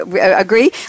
Agree